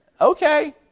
Okay